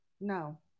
No